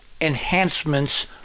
enhancements